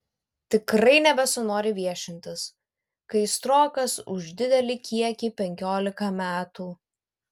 tikrai nebesinori viešintis kai srokas už didelį kiekį penkiolika metų